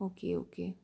okay okay